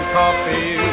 coffee